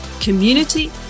community